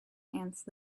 ants